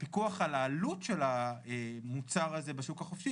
הפיקוח על העלות של המוצר הזה בשוק החופשי,